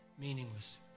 meaningless